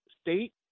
state